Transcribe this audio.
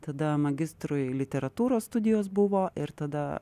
tada magistrui literatūros studijos buvo ir tada